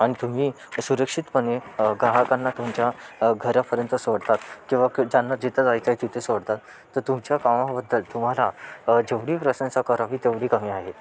आणि तुम्ही सुरक्षितपणे ग्राहकांना तुमच्या घरापर्यंत सोडतात किंवा ज्यांना जिथं जायचंय तिथं सोडता तुमच्या कामाबद्दल तुम्हाला जेवढी प्रशंसा करावी तेवढी कमी आहे